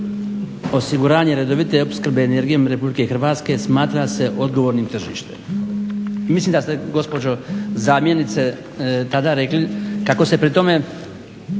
Hvala vam